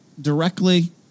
directly